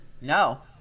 no